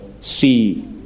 see